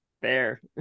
Fair